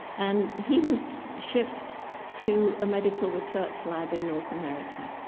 and he was shipped to a medical research lab in north america.